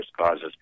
causes